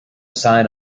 sign